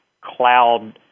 cloud